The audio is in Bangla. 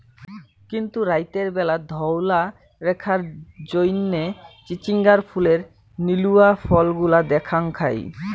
কিন্তুক রাইতের ব্যালা ধওলা রেখার জইন্যে চিচিঙ্গার ফুলের নীলুয়া ফলগুলা দ্যাখ্যাং যাই